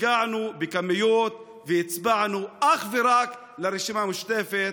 הגענו בכמויות והצבענו אך ורק לרשימה המשותפת.